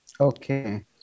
Okay